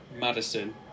Madison